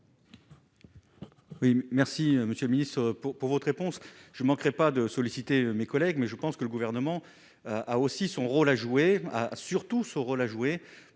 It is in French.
merci, monsieur le ministre pour pour votre réponse je ne manquerai pas de solliciter mes collègues mais je pense que le gouvernement a aussi son rôle à jouer, a surtout son rôle à jouer